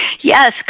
Yes